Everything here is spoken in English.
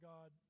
God